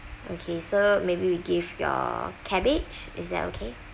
okay so maybe we give you all cabbage is that okay